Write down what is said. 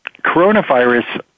coronavirus